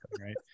Right